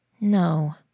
No